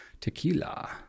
Tequila